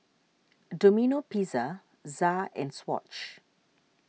Domino Pizza Za and Swatch